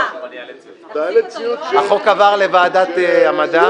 החוק עבר לוועדת המדע,